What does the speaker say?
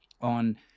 on